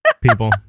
people